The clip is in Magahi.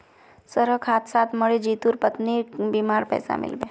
सड़क हादसात मरे जितुर पत्नीक बीमार पैसा मिल बे